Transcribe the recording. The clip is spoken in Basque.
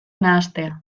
nahastea